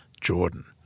Jordan